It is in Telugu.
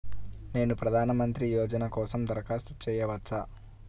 నేను ప్రధాన మంత్రి యోజన కోసం దరఖాస్తు చేయవచ్చా?